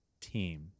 Team